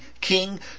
king